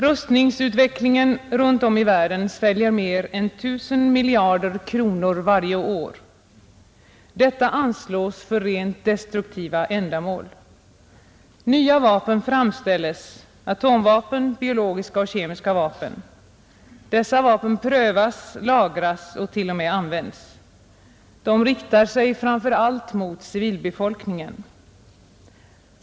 Rustningsutvecklingen runt om i världen sväljer mer än 1 000 miljarder kronor varje år. Detta anslås för rent destruktiva ändamål. Nya vapen framställs — atomvapen, biologiska och kemiska vapen. Dessa vapen prövas, lagras och t.o.m. används. De riktar sig framför allt mot civilbefolkningen.